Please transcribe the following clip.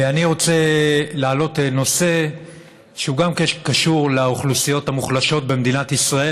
אני רוצה להעלות נושא שגם קשור לאוכלוסיות המוחלשות במדינת ישראל,